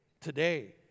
today